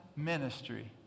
ministry